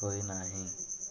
ହୋଇନାହିଁ